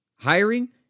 Hiring